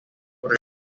por